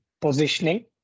positioning